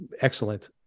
excellent